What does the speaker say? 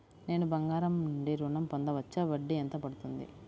నేను బంగారం నుండి ఋణం పొందవచ్చా? వడ్డీ ఎంత పడుతుంది?